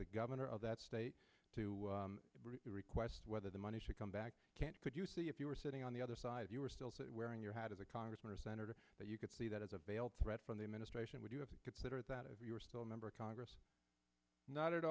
the governor of that state to request whether the money should come back could you see if you were sitting on the other side if you were still say wearing your hat of the congressman or senator that you could see that as a veiled threat from the administration would you have considered that if you were still a member of congress not at